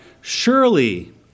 surely